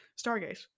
stargate